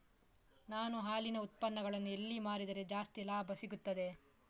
ನಾನು ಹಾಲಿನ ಉತ್ಪನ್ನಗಳನ್ನು ಎಲ್ಲಿ ಮಾರಿದರೆ ಜಾಸ್ತಿ ಲಾಭ ಸಿಗುತ್ತದೆ?